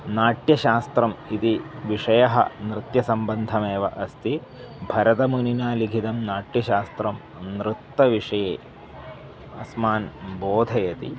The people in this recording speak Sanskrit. नाट्यशास्त्रम् इति विषयः नृत्यसम्बन्धमेव अस्ति भरतमुनिना लिखितं नाट्यशास्त्रं नृत्यविषये अस्मान् बोधयति